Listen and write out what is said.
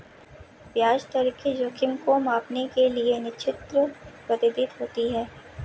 ब्याज दर के जोखिम को मांपने के लिए निश्चित पद्धति होती है